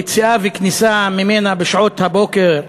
יציאה וכניסה ממנה בשעות הבוקר,